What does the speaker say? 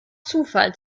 zufall